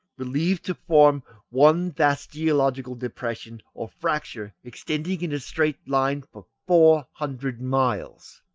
believed to form one vast geological depression or fracture extending in a straight line for four hundred miles.